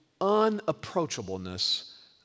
unapproachableness